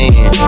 Man